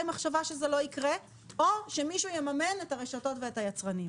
מחשבה שזה לא יקרה או שמישהו יממן את הרשתות ואת היצרנים.